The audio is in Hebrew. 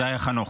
זה היה חנוך.